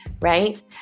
right